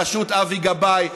בראשות אבי גבאי.